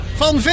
van